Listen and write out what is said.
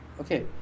Okay